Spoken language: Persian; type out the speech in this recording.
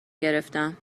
گرفتم